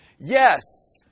Yes